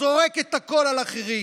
זורק את הכול על אחרים.